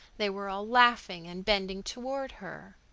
they were all laughing and bending toward her.